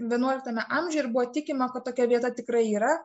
vienuoliktame amžiuje ir buvo tikima kad tokia vieta tikrai yra